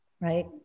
right